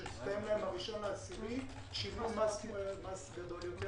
שקנה דירה ולא מצליח למכור את